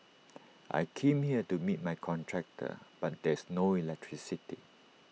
I came here to meet my contractor but there's no electricity